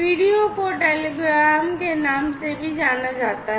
PDO को telegram के नाम से भी जाना जाता है